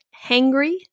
hangry